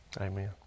Amen